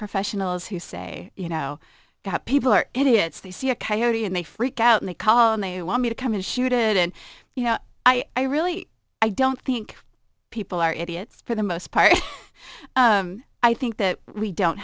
professionals who say you know people are idiots they see a coyote and they freak out and they call and they want me to come in to shoot it and you know i really i don't think people are idiots for the most part i think that we don't